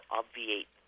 obviate